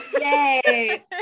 Yay